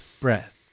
breath